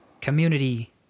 community